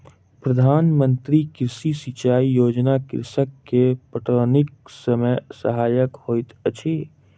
प्रधान मंत्री कृषि सिचाई योजना कृषक के पटौनीक समय सहायक होइत अछि